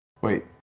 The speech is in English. Wait